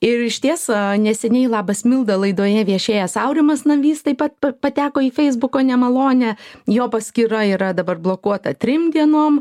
ir išties neseniai labas milda laidoje viešėjęs aurimas navys taip pat pa pateko į feisbuko nemalonę jo paskyra yra dabar blokuota trim dienom